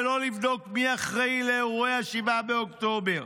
ולא לבדוק מי אחראי לאירועי 7 באוקטובר.